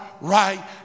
right